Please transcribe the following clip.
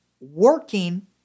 working